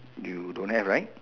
you don't have right